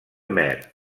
mer